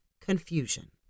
confusion